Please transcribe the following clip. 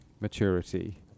maturity